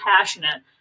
passionate